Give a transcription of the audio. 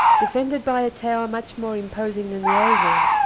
defended by a tower much more imposing than the old one.